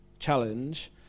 challenge